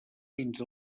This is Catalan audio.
fins